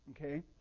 Okay